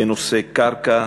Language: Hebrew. בנושא קרקע,